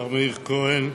מר מאיר כהן,